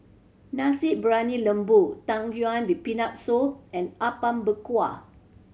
Nasi Briyani Lembu Tang Yuen with Peanut Soup and Apom Berkuah